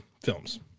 films